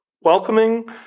welcoming